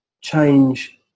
change